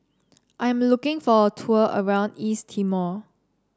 I am looking for a tour around East Timor